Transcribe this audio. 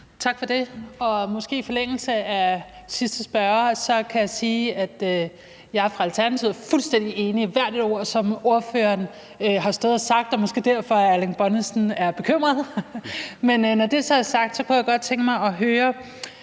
Tak for det. Jeg kan måske i forlængelse af det, den sidste spørger sagde, sige, at vi fra Alternativets side er fuldstændig enige i hvert et ord, som ordføreren har stået og sagt, og det er måske også derfor, hr. Erling Bonnesen er bekymret. Men når det så er sagt, kunne jeg godt tænke mig at høre